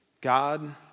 God